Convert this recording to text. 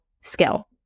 skill